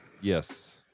Yes